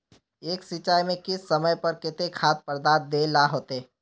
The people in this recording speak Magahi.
एक सिंचाई में किस समय पर केते खाद पदार्थ दे ला होते?